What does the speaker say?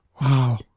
Wow